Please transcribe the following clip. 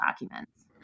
documents